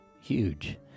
huge